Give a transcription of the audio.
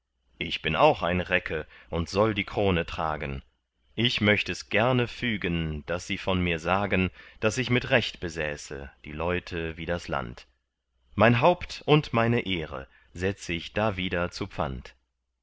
ich bin auch ein recke und soll die krone tragen ich möcht es gerne fügen daß sie von mir sagen daß ich mit recht besäße die leute wie das land mein haupt und meine ehre setz ich dawider zu pfand